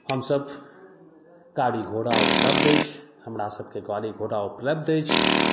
हमसभ गाड़ी घोड़ा उपलब्ध अछि हमरा सभकेँ गाड़ी घोड़ा उपलब्ध अछि